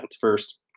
first